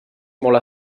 molt